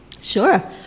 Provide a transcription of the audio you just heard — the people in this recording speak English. Sure